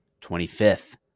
25th